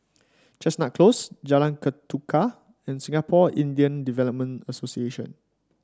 Chestnut Close Jalan Ketuka and Singapore Indian Development Association